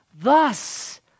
Thus